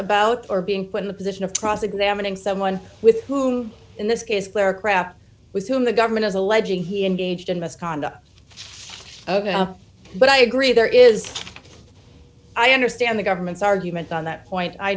about or being put in a position of trust examining someone with whom in this case clara crap with whom the government is alleging he engaged in misconduct but i agree there is i understand the government's argument on that point i